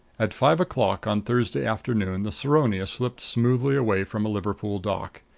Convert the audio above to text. at five o'clock on thursday afternoon the saronia slipped smoothly away from a liverpool dock.